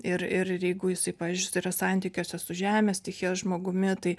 ir ir ir jeigu jisai pavyzdžiui jis yra santykiuose su žemės stichijos žmogumi tai